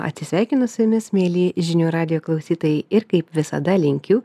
atsisveikinu su jumis mieli žinių radijo klausytojai ir kaip visada linkiu